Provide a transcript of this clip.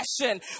passion